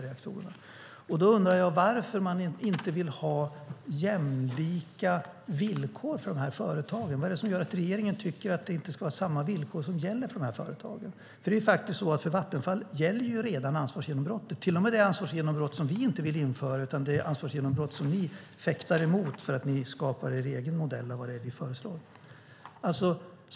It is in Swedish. Jag undrar varför man inte vill ha jämlika villkor för de här företagen. Vad är det som gör att regeringen inte tycker att det ska vara samma villkor för de här företagen? För Vattenfall gäller ju redan ansvarsgenombrottet, till och med det ansvarsgenombrott som vi inte vill införa, alltså det ansvarsgenombrott som ni fäktar emot med för att ni skapar er egen modell av vad vi föreslår.